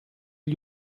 gli